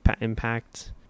impact